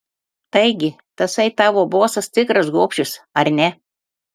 taigi tasai tavo bosas tikras gobšius ar ne